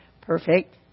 perfect